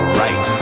right